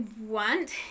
want